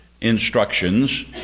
instructions